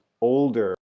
older